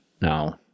Now